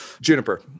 Juniper